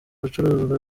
ibicuruzwa